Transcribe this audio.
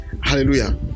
Hallelujah